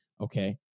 Okay